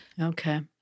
Okay